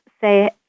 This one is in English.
say